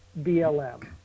BLM